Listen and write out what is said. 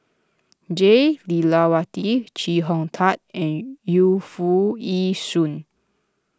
Jah Lelawati Chee Hong Tat and Yu Foo Yee Shoon